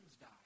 die